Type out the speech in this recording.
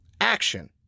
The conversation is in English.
action